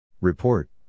Report